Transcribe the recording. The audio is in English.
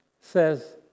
says